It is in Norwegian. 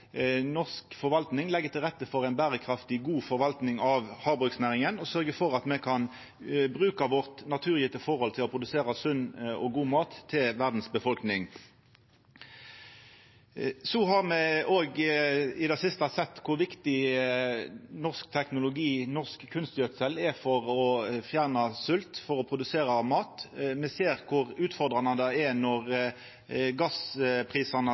norsk forvalting legg til rette for ei berekraftig, god forvalting av havbruksnæringa og sørgjer for at me kan bruka våre naturgjevne forhald til å produsera sunn og god mat til verdas befolkning. Me har òg i det siste sett kor viktig norsk teknologi og norsk kunstgjødsel er for å fjerna svolt, for å produsera mat. Me ser kor utfordrande det er når gassprisane